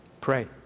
Pray